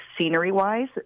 scenery-wise